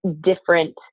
different